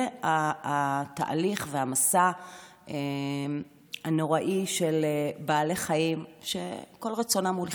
זה התהליך והמסע הנוראי של בעלי חיים שכל רצונם הוא לחיות.